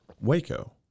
waco